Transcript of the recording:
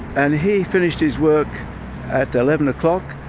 and he finished his work at eleven o'clock,